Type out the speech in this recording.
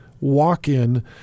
walk-in